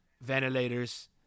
ventilators